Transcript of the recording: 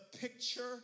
picture